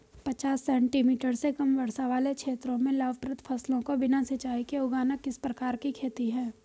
पचास सेंटीमीटर से कम वर्षा वाले क्षेत्रों में लाभप्रद फसलों को बिना सिंचाई के उगाना किस प्रकार की खेती है?